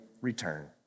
return